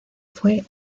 fue